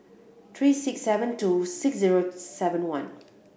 three six seven two six zero seven one